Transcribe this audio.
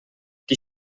die